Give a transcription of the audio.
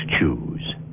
choose